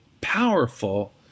powerful